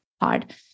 hard